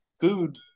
food